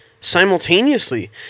simultaneously